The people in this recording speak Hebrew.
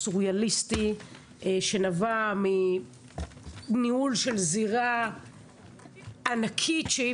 מחזה סוריאליסטי שנבע מניהול של זירה ענקית שאי